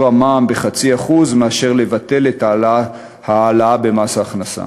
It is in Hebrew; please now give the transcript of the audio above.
המע"מ ב-0.5% מאשר לבטל את ההעלאה במס ההכנסה.